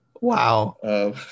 Wow